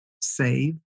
save